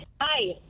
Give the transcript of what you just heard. Hi